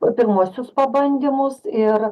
o pirmuosius pabandymus ir